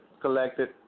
collected